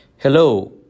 Hello